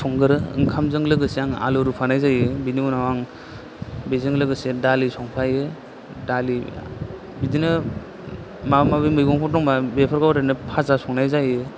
संगोरो ओंखामजों लोगोसे आङो आलु रुफानाय जायो बेनि उनाव आं बेजों लोगोसे दालि संफायो दालि बिदिनो माबामाबि मैगंफोर दंबा बेफोरखौ ओरैनो फाजा संनाय जायो